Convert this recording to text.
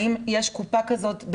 האם יש קופה כזאת.